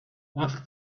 ask